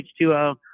h2o